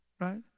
right